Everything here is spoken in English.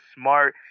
smart